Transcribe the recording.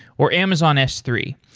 or amazon s three,